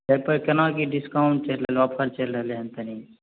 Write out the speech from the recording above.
एहि पर केना की डिस्काउंट चलि रहले ऑफर चलि रहले हन तनी